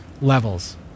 Levels